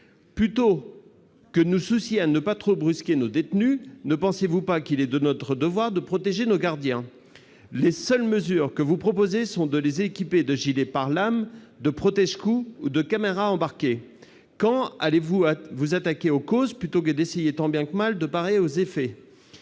plutôt que de nous soucier de ne pas trop brusquer nos détenus, il est de notre devoir de protéger nos gardiens ? Les seules mesures que vous proposez sont d'équiper ces derniers de gilets pare-lame, de protège-cous ou de caméras embarquées. Quand vous attaquerez-vous aux causes, plutôt que d'essayer tant bien que mal de parer aux effets ?